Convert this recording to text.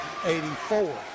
84